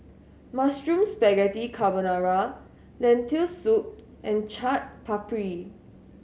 Mushroom Spaghetti Carbonara Lentil Soup and Chaat Papri